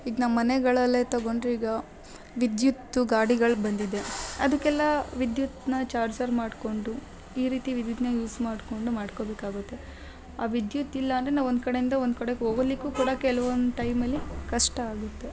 ಈಗ ನಮ್ಮ ಮನೆಗಳಲ್ಲೇ ತಗೊಂಡರೆ ಈಗ ವಿದ್ಯುತ್ತು ಗಾಡಿಗಳು ಬಂದಿದೆ ಅದಕ್ಕೆಲ್ಲ ವಿದ್ಯುತ್ತನ್ನ ಚಾರ್ಜರ್ ಮಾಡಿಕೊಂಡು ಈ ರೀತಿ ವಿದ್ಯುತ್ತನ್ನ ಯೂಸ್ ಮಾಡಿಕೊಂಡು ಮಾಡ್ಕೊಬೇಕಾಗುತ್ತೆ ಆ ವಿದ್ಯುತ್ ಇಲ್ಲ ಅಂದರೆ ನಾವು ಒಂದು ಕಡೆಯಿಂದ ಒಂದು ಕಡೆಗೆ ಹೋಗಲಿಕ್ಕೂ ಕೂಡ ಕೆಲವೊಂದು ಟೈಮಲ್ಲಿ ಕಷ್ಟ ಆಗುತ್ತೆ